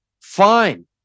Fine